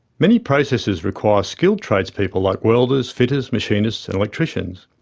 many processes require skilled trades people, like welders, fitters, machinists and electricians.